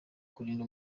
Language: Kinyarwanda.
kurinda